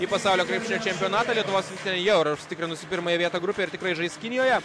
į pasaulio krepšinio čempionato lietuvos ten jau yra užsitikrinusi pirmąją vietą grupėje ir tikrai žais kinijoje